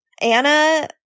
anna